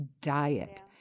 Diet